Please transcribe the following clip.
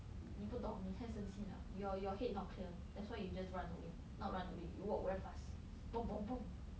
你不懂你太生气 liao your your head not clear that's why you just run away not run away you walk very fast